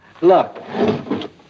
Look